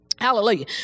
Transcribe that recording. hallelujah